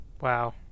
Wow